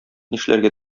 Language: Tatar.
нишләргә